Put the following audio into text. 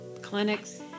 clinics